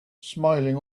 smiling